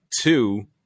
two